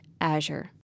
Azure